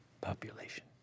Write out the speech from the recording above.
population